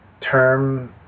term